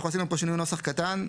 אנחנו עשינו שינוי נוסח קטן.